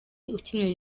ukinira